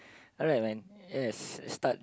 alright when yes start